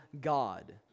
God